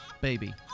baby